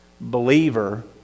believer